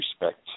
respect